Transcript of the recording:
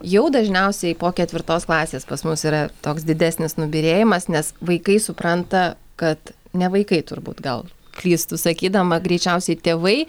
jau dažniausiai po ketvirtos klasės pas mus yra toks didesnis nubyrėjimas nes vaikai supranta kad ne vaikai turbūt gal klystu sakydama greičiausiai tėvai